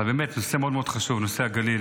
אבל באמת, הנושא מאוד מאוד חשוב, נושא הגליל.